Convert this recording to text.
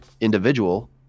individual